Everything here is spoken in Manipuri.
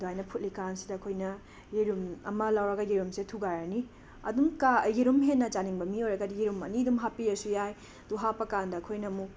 ꯑꯗꯨꯃꯥꯏꯅ ꯐꯨꯠꯂꯤꯀꯥꯟꯁꯤꯗ ꯑꯩꯈꯣꯏꯅ ꯌꯦꯔꯨꯝ ꯑꯃ ꯂꯧꯔꯒ ꯌꯦꯔꯎꯝꯁꯦ ꯊꯨꯒꯥꯏꯔꯅꯤ ꯑꯗꯨꯝ ꯀꯥ ꯌꯦꯔꯨꯝ ꯍꯦꯟꯅ ꯆꯥꯅꯤꯡꯕ ꯃꯤ ꯑꯣꯏꯔꯒꯗꯤ ꯌꯦꯔꯨꯝ ꯑꯅꯤ ꯗꯨꯝ ꯍꯥꯞꯄꯤꯔꯁꯨ ꯌꯥꯏ ꯑꯗꯨ ꯍꯥꯞꯄꯀꯥꯟꯗ ꯑꯩꯈꯣꯏꯅ ꯃꯨꯛ